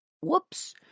whoops